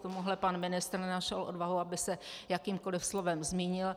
K tomuhle pan ministr nenašel odvahu, aby se jakýmkoli slovem zmínil.